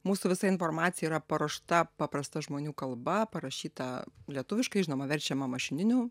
mūsų visa informacija yra paruošta paprasta žmonių kalba parašyta lietuviškai žinoma verčiama mašininiu